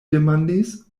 demandis